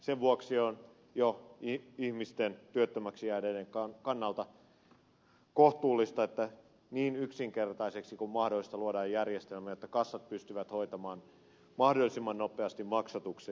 sen vuoksi on jo ihmisten työttömäksi jääneiden kannalta kohtuullista että niin yksinkertaiseksi kuin mahdollista luodaan järjestelmä jotta kassat pystyvät hoitamaan mahdollisimman nopeasti maksatukset